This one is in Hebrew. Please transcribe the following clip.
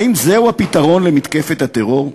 האם זהו הפתרון למתקפת הטרור?